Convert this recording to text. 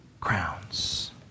crowns